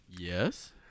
Yes